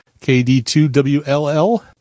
KD2WLL